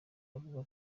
avuga